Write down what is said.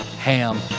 Ham